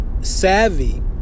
savvy